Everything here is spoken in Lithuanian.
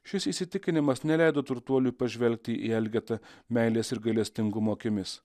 šis įsitikinimas neleido turtuoliui pažvelgti į elgetą meilės ir gailestingumo akimis